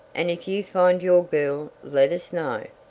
and if you find your girl let us know.